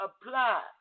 apply